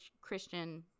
Christian